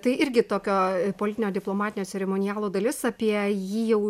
tai irgi tokio politinio diplomatinio ceremonialo dalis apie jį jau